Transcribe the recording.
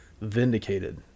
vindicated